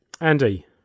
Andy